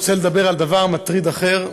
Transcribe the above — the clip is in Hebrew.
רוצה לדבר על דבר מטריד אחר.